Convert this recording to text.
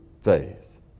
faith